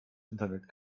internet